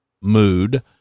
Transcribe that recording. mood